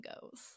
goes